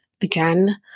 again